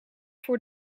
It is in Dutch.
voor